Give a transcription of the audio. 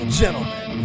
gentlemen